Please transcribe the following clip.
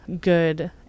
good